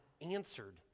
answered